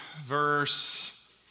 verse